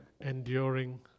Enduring